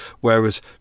whereas